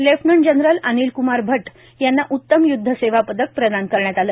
lieutenant general Anil Kumar Bhatt यांना उत्तम युद्ध सेवा पदक प्रदान करण्यात आलं